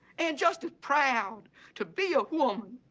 and just as proud to be a woman